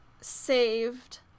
saved